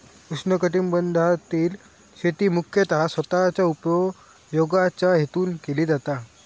उष्णकटिबंधातील शेती मुख्यतः स्वतःच्या उपयोगाच्या हेतून केली जाता